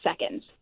seconds